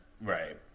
right